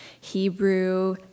Hebrew